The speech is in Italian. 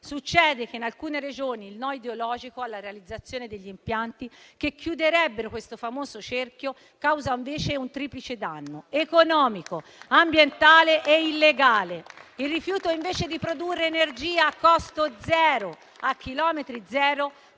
Succede che in alcune Regioni il no ideologico alla realizzazione degli impianti che chiuderebbero il famoso cerchio causa invece un triplice danno: economico, ambientale e illegale. Il rifiuto invece di produrre energia a costo zero, a chilometro zero,